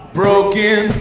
broken